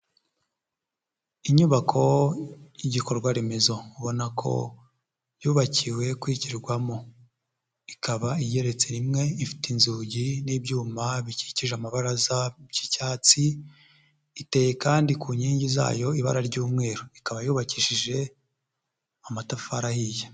Inyubako y'igikorwa remezo ubona ko yubakiwe kwigirwamo, ikaba igeretse rimwe ifite inzugi n'ibyuma bikikije amabaraza by'icyatsi, iteye kandi ku nkingi zayo ibara ry'umweru. Ikaba yubakishije amatafari ahiye.